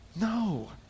No